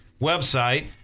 website